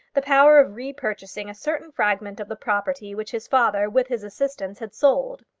the power of repurchasing a certain fragment of the property which his father, with his assistance, had sold.